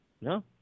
No